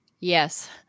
Yes